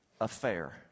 affair